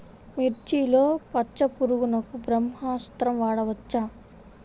మిర్చిలో పచ్చ పురుగునకు బ్రహ్మాస్త్రం వాడవచ్చా?